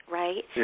right